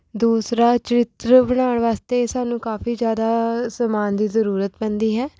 ਦੂਸਰਾ ਚਰਿੱਤਰ ਬਣਾਉਣ ਵਾਸਤੇ ਸਾਨੂੰ ਕਾਫੀ ਜ਼ਿਆਦਾ ਸਮਾਨ ਦੀ ਜ਼ਰੂਰਤ ਪੈਂਦੀ ਹੈ